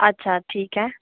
अच्छा ठीक ऐ